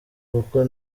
kuko